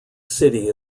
city